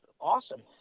awesome